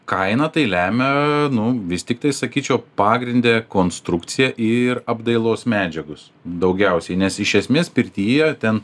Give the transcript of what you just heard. kainą tai lemia nu vis tiktai sakyčiau pagrinde konstrukcija ir apdailos medžiagos daugiausiai nes iš esmės pirtyje ten